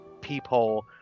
peephole